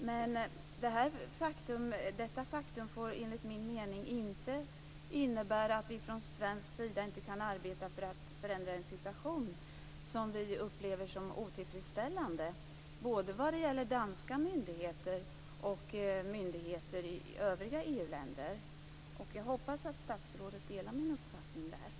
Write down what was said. Men detta faktum får enligt min mening inte innebära att vi från svensk sida inte kan arbeta för att förändra en situation som vi upplever som otillfredsställande, både vad gäller danska myndigheter och myndigheter i övriga EU-länder. Jag hoppas att statsrådet delar min uppfattning i frågan.